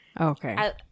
Okay